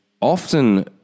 often